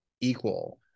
equal